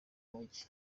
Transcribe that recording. mujyi